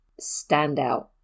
standout